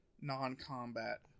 non-combat